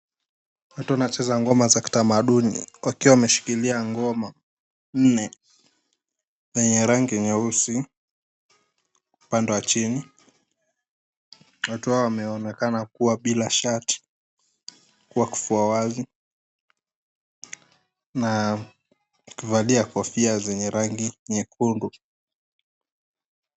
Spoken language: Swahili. Watu wanacheza ngoma za kitamaduni wakiwa wameshikilia ngoma nne zenye rangi nyeusi upande wa chini. Watu hawa wameonekana kuwa bila shati, kuwa kifua wazi na kuvalia kofia zenye rangi nyekundu.